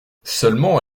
seulement